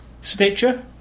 Stitcher